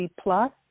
plus